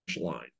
line